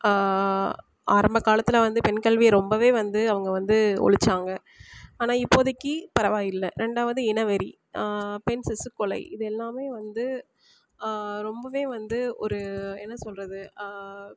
ஆரம்பக்காலத்தில் வந்து பெண்கல்வியை ரொம்பவே வந்து அவங்க வந்து ஒழிச்சாங்க ஆனால் இப்போதைக்கு பரவாயில்லை ரெண்டாவது இனவெறி பெண் சிசுக்கொலை இது எல்லாமே வந்து ரொம்பவே வந்து ஒரு என்ன சொல்கிறது